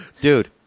dude